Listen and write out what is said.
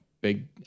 big